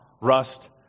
rust